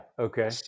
Okay